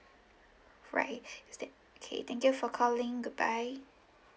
alright is there okay thank you for calling goodbye